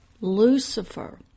Lucifer